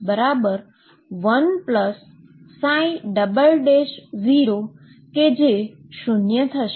જે x થશે